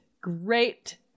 great